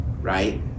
right